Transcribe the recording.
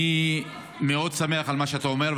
אני מאוד שמח על מה שאתה אומר.